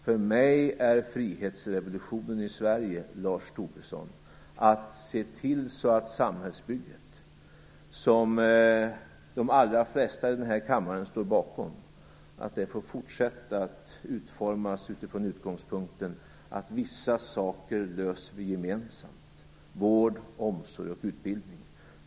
För mig är frihetsrevolutionen i Sverige, Lars Tobisson, att se till att samhällsbygget, som de allra flesta i den här kammaren står bakom, får fortsätta att utformas från utgångspunkten att vissa saker löser vi gemensamt: vård, omsorg och utbildning.